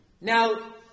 Now